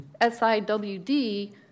SIWD